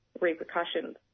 repercussions